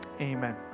amen